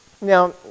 Now